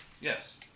Yes